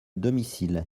domicile